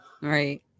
Right